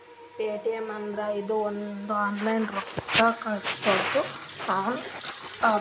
Paytm ಅಂದುರ್ ಇದು ಒಂದು ಆನ್ಲೈನ್ ರೊಕ್ಕಾ ಕಳ್ಸದು ಆ್ಯಪ್ ಅದಾ